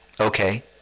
okay